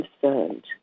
concerned